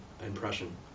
impression